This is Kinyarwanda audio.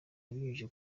abinyujije